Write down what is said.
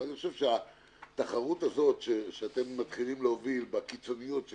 אבל אני חושב שהתחרות הזאת שאתם מתחילים להוביל בקיצוניות של